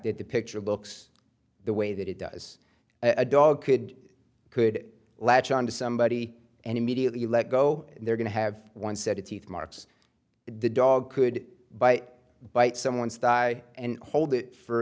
that the picture looks the way that it does a dog could could latch on to somebody and immediately let go they're going to have one said it's marks the dog could by bite someone style and hold it for a